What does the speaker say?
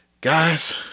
guys